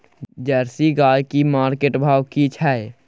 Jersey गाय की market भाव की छै?